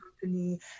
company